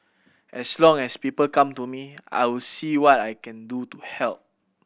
as long as people come to me I will see what I can do to help